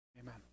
Amen